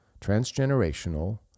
transgenerational